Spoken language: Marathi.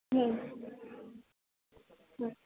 हं बरं